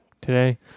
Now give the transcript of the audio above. today